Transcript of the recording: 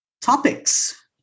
topics